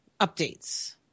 updates